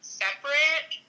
separate